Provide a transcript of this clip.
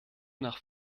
nach